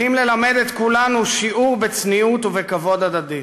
ללמד את כולנו שיעור בצניעות ובכבוד הדדי.